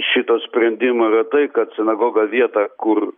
šito sprendimo yra tai kad sinagoga vieta kur